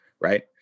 Right